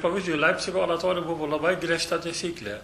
pavyzdžiui leipcigo oratorija buvo labai griežta taisyklė